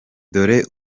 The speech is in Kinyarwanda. dore